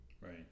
Right